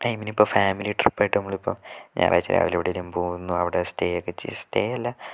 ആ ടൈമിന് നമ്മൾ ഫാമിലി ട്രിപ്പ് ആയിട്ട് നമ്മൾ ഇപ്പം ഞായറാഴ്ച രാവിലെ എവിടെയെങ്കിലും പോകുന്നു അവിടെ സ്റ്റേ ഒക്കെ ചെയ്ത് സ്റ്റേ അല്ല